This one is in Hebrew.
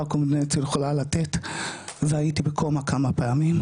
הקונבנציונלית יכולה לתת והייתי בקומה כמה פעמים,